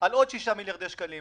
על עוד 6 מיליארדי שקלים.